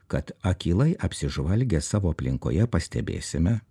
kad akylai apsižvalgę savo aplinkoje pastebėsime